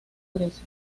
grises